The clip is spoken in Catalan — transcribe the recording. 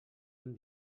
amb